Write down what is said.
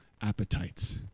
appetites